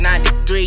93